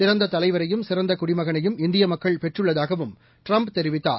சிறந்த தலைவரையும் சிறந்த குடிமகனையும் இந்திய மக்கள் பெற்றள்ளதாகவும் ட்ரம்ப் தெரிவித்தார்